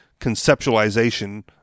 conceptualization